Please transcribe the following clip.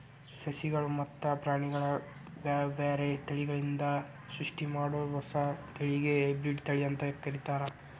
ಸಸಿಗಳು ಮತ್ತ ಪ್ರಾಣಿಗಳ ಬ್ಯಾರ್ಬ್ಯಾರೇ ತಳಿಗಳಿಂದ ಸೃಷ್ಟಿಮಾಡೋ ಹೊಸ ತಳಿಗೆ ಹೈಬ್ರಿಡ್ ತಳಿ ಅಂತ ಕರೇತಾರ